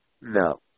No